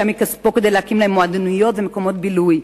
מכספו כדי להקים להם מועדוניות ומקומות בילוי.